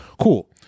Cool